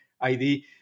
ID